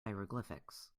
hieroglyphics